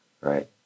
right